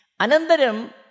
Anandaram